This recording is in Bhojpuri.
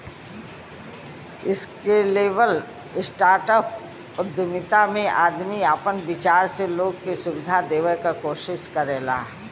स्केलेबल स्टार्टअप उद्यमिता में आदमी आपन विचार से लोग के सुविधा देवे क कोशिश करला